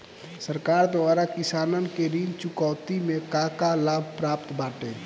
सरकार द्वारा किसानन के ऋण चुकौती में का का लाभ प्राप्त बाटे?